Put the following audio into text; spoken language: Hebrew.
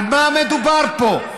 על מה מדובר פה?